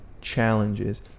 challenges